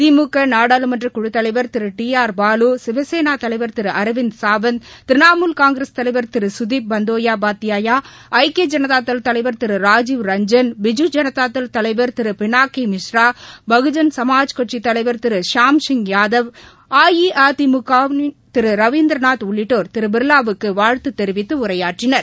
திமுக நாடாளுமன்ற குழு தலைவர் திரு டி ஆர் பாலு சிவசேனா தலைவர் திரு அரவிந்த் சாவந்த் திரணமூல் காங்கிரஸ தலைவர் திரு சுதிப் பந்தோ பாத்யாயா ஐக்கிய ஜனதாதள் தலைவர் திரு ராஜீவ் ரஞ்ஜன் பிஜூ ஜனதாதள் தலைவர் திரு பினாக்கி மிஸ்ரா பகுஜன் சமாஜ் கட்சித் தலைவர் திரு வியாம்சிங் யாதவ் அஇஅதிமுக வின் திரு ரவீந்திரநாத் உள்ளிட்டோர் திரு பிாலாவுக்கு வாழ்த்து தெரிவித்து உரையாற்றினர்